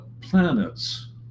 planets